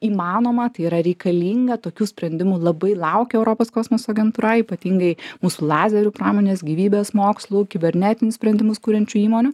įmanoma tai yra reikalinga tokių sprendimų labai laukia europos kosmoso agentūra ypatingai mūsų lazerių pramonės gyvybės mokslų kibernetinius sprendimus kuriančių įmonių